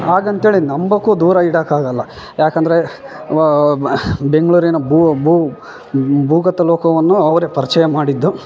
ಹಾಗಂತ್ಹೇಳಿ ನಂಬಕು ದೂರ ಇಡಕ್ಕೆ ಆಗಲ್ಲ ಯಾಕಂದರೆ ವಾ ಬೆಂಗ್ಳೂರಿನ ಭೂಗತ ಲೋಕವನ್ನು ಅವರೇ ಪರಿಚಯ ಮಾಡಿದ್ದು